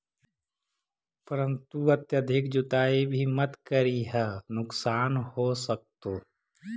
परंतु अत्यधिक जुताई भी मत करियह नुकसान हो सकतो